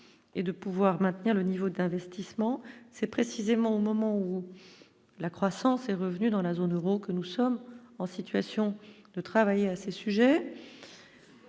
et de pouvoir maintenir le niveau d'investissement c'est précisément au moment où la croissance est revenue dans la zone Euro, que nous sommes en situation de travailler à ses sujets.